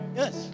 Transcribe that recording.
yes